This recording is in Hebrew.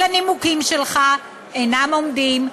כל הנימוקים שלך אינם עומדים,